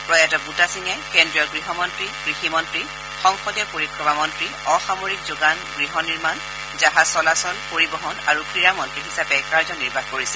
প্ৰয়াত বুটা সিঙে কেন্দ্ৰীয় গহমন্ত্ৰী কৃষি মন্ত্ৰী সংসদীয় পৰিক্ৰমা মন্ত্ৰী অসামৰিক যোগান গৃহনিৰ্মাণ জাহাজ চলাচল পৰিবহন আৰু ক্ৰীড়া মন্নী হিচাপে কাৰ্যনিৰ্বাহ কৰিছিল